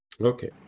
Okay